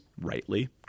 rightly